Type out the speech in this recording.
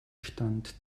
stand